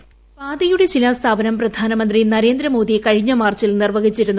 voice പാതയുടെ ശിലാസ്ഥാപനം പ്രധാനമന്ത്രി നരേന്ദ്ര മോദി കഴിഞ്ഞ മാർച്ചിൽ നിർവഹിച്ചിരുന്നു